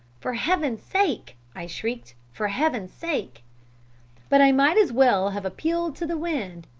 for heaven's sake i shrieked, for heaven's sake but i might as well have appealed to the wind.